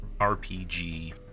RPG